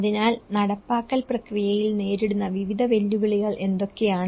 അതിനാൽ നടപ്പാക്കൽ പ്രക്രിയയിൽ നേരിടുന്ന വിവിധ വെല്ലുവിളികൾ എന്തൊക്കെയാണ്